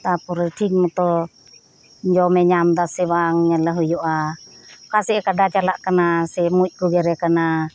ᱛᱟᱯᱚᱨᱮ ᱴᱷᱤᱠ ᱢᱚᱛᱚ ᱡᱚᱢᱮ ᱧᱟᱢ ᱮᱫᱟ ᱥᱮ ᱵᱟᱝ ᱧᱮᱞᱮ ᱦᱳᱭᱳᱜᱼᱟ ᱚᱠᱟᱥᱮᱱᱮ ᱠᱟᱰᱟ ᱪᱟᱞᱟᱜ ᱠᱟᱱᱟ ᱥᱮ ᱢᱩᱡ ᱠᱚ ᱜᱮᱨᱮ ᱠᱟᱱᱟ